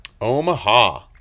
Omaha